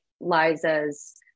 Liza's